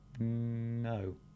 No